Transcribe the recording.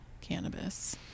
cannabis